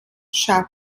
schaffte